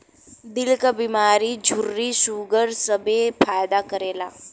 दिल क बीमारी झुर्री सूगर सबे मे फायदा करेला